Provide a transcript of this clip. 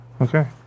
Okay